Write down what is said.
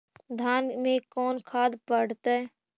धान मे कोन खाद पड़तै?